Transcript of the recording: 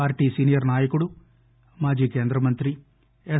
party senior నాయకుడు మాజీ కేంద్రమంత్రి ఎస్